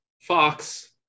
Fox